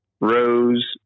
Rose